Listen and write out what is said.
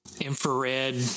infrared